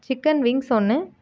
chicken wings ஒன்று